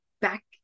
back